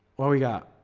we got